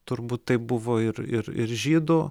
turbūt taip buvo ir ir ir žydų